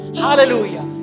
hallelujah